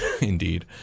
Indeed